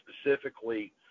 specifically